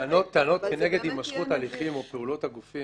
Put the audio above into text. טענות כנגד הימשכות הליכים או פעולות הגופים